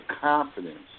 confidence